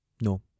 No